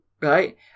Right